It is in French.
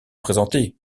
présenté